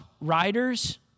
riders